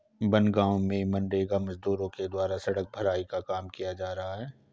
बनगाँव में मनरेगा मजदूरों के द्वारा सड़क भराई का काम किया जा रहा है